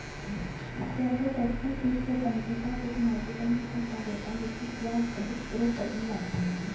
shallots में तीखेपन के साथ एक नाजुक और मीठा स्वाद होता है, जबकि प्याज अधिक तीव्र गर्मी लाते हैं